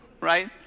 right